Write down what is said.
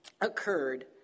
occurred